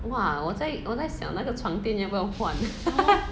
!wah! 我我在想那个床垫要不要换